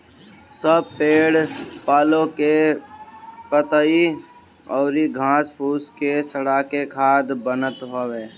सब पेड़ पालो के पतइ अउरी घास फूस के सड़ा के खाद बनत हवे